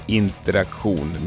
interaktion